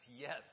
yes